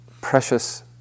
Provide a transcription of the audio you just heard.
precious